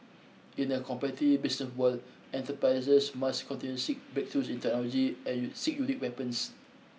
in a business world enterprises must continue seek breakthroughs in technology and seek unique weapons